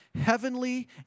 heavenly